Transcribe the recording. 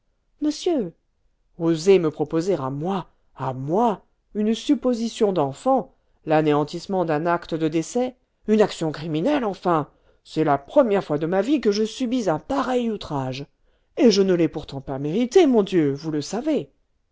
monsieur oser me proposer à moi à moi une supposition d'enfant l'anéantissement d'un acte de décès une action criminelle enfin c'est la première fois de ma vie que je subis un pareil outrage et je ne l'ai pourtant pas mérité mon dieu vous le savez